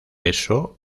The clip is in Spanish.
eso